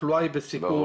התחלואה היא בסיכון,